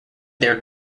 their